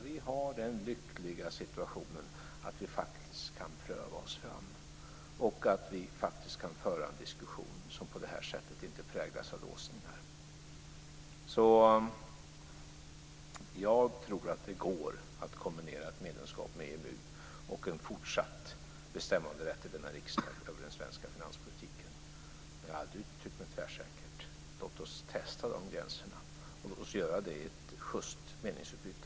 Vi är i den lyckliga situationen att vi faktiskt kan pröva oss fram och föra en diskussion som inte präglas av låsningar. Jag tror alltså att det går att kombinera ett medlemskap i EMU med en fortsatt bestämmanderätt i denna riksdag över den svenska finanspolitiken, men jag har aldrig uttryckt mig tvärsäkert. Låt oss testa de gränserna, och låt oss göra det i ett schyst meningsutbyte.